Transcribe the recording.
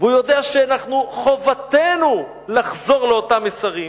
והוא יודע שאנחנו, חובתנו לחזור לאותם מסרים.